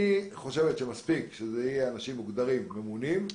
היא חושבת שמספיק שיהיו אנשים מוגדרים ממונים,